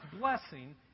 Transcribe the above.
blessing